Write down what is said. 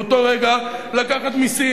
ומאותו רגע לקחת מסים.